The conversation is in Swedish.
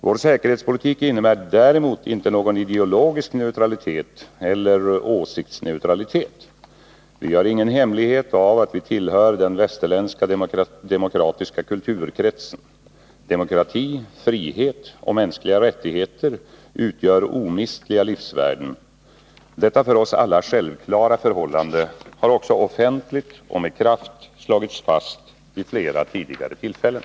Vår säkerhetspolitik innebär däremot inte någon ideologisk neutralitet eller åsiktsneutralitet. Vi gör ingen hemlighet av att vi tillhör den västerländska demokratiska kulturkretsen. Demokrati, frihet och mänskliga rättigheter utgör omistliga livsvärden. Detta för oss alla självklara förhållande har också offentligt och med kraft slagits fast vid flera tidigare tillfällen.